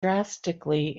drastically